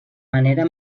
manera